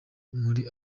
muri